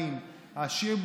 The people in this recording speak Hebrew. ואני חוזר על זה.